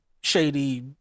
shady